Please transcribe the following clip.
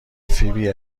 فیبی